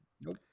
nope